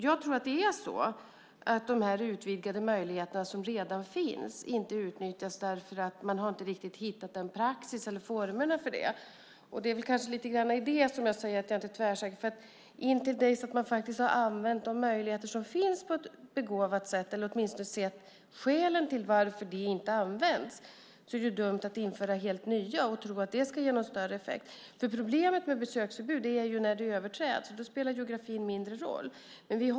Jag tror att de utvidgade möjligheter som redan finns inte utnyttjas därför att man inte riktigt har hittat en praxis eller formerna för det. Det är lite grann därför som jag säger att jag inte är tvärsäker. Intill dess att man faktiskt har använt de möjligheter som finns på ett begåvat sätt eller åtminstone sett skälen till varför de inte används är det dumt att införa helt nya och tro att det ska ge någon större effekt. Problemet med besöksförbud uppstår när det överträds, och då spelar geografin mindre roll.